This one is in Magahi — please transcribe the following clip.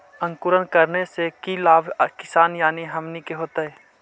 अंकुरण करने से की लाभ किसान यानी हमनि के होतय?